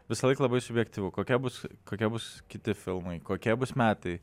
visąlaik labai subjektyvu kokie bus kokie bus kiti filmai kokie bus metai